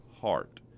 heart